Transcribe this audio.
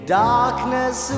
darkness